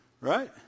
right